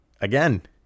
Again